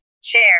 Share